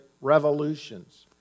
revolutions